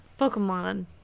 Pokemon